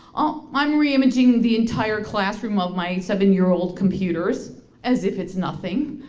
oh i'm re-imaging the entire classroom of my seven year old computers as if it's nothing.